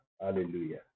hallelujah